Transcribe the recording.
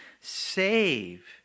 save